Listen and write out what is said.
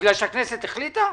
בגלל שהכנסת החליטה?